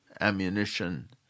ammunition